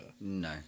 No